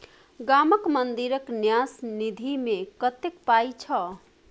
गामक मंदिरक न्यास निधिमे कतेक पाय छौ